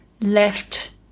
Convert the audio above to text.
left